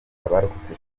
abarokotse